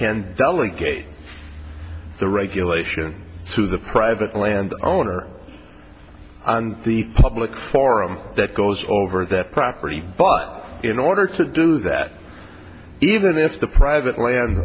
can delegate the regulation to the private land owner and the public forum that goes over their property but in order to do that even if the private land